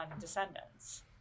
descendants